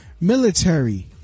military